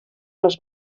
les